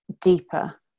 deeper